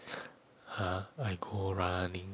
!huh! I go running